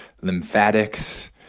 lymphatics